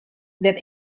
that